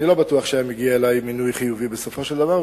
אני לא בטוח שהיה מגיע אלי מינוי חיובי בסופו של דבר.